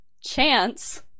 chance